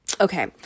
Okay